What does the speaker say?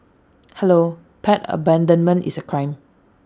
hello pet abandonment is A crime